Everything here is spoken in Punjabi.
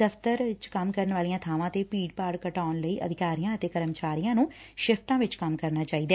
ਦਫ਼ਤਰਾਂ ਅਤੇ ਕੰਮ ਵਾਲੀਆਂ ਬਾਵਾਂ ਤੇ ਭੀੜ ਘਟਾਉਣ ਲਈ ਅਧਿਕਾਰੀਆਂ ਅਤੇ ਕਰਮਚਾਰੀਆਂ ਨੂੰ ਸਿਫ਼ਟਾਂ ਚ ਕੰਮ ਕਰਨਾ ਚਾਹੀਦੈ